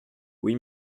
oui